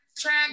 track